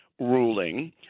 ruling